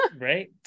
right